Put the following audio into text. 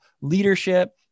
leadership